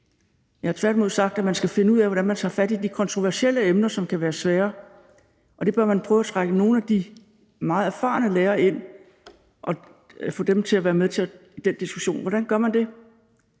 Jeg har tværtimod sagt, at man skal finde ud af, hvordan man tager fat i de kontroversielle emner, som kan være svære, og der bør man prøve at trække nogle af de meget erfarne lærere ind og få dem til at være med til den diskussion; hvordan gør man det?